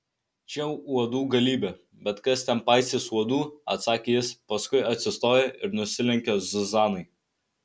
čia uodų galybė bet kas ten paisys uodų atsakė jis paskui atsistojo ir nusilenkė zuzanai